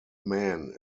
man